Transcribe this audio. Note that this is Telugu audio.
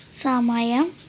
సమయం